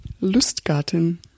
Lustgarten